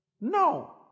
no